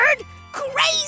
Crazy